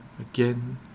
again